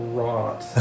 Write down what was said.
rot